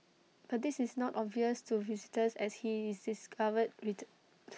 but this is not obvious to visitors as he discovered reat